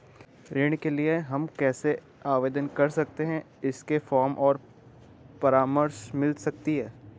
ऋण के लिए हम कैसे आवेदन कर सकते हैं इसके फॉर्म और परामर्श मिल सकती है?